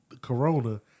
Corona